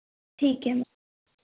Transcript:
ठीक है